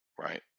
right